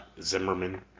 Zimmerman